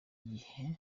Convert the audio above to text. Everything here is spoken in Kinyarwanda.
gihe